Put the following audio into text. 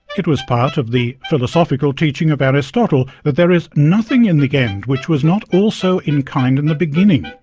it was part of the philosophical teaching of aristotle that there is nothing in the end which was not also in kind in the beginning.